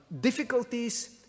difficulties